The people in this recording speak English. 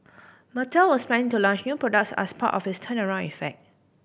Mattel was planning to launch new products as part of its turnaround effort